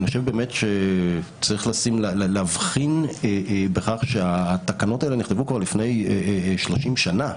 ואני חושב באמת שצריך להבחין בכך שהתקנות האלה נכתבו כבר לפני 30 שנה.